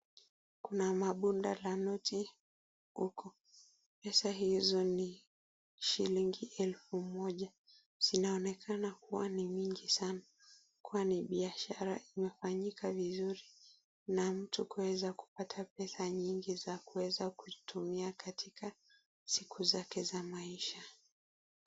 Kuna mabunda la noti huku. Pesa hizo ni shilingi elfu moja. Zinaonekana kuwa ni nyingi sana kwani biashara imefanyika vizuri na mtu kuweza kupata pesa nyingi za kuweza kutumia katika siku zake za maisha.